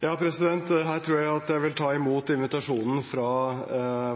Her tror jeg at jeg vil ta imot invitasjonen fra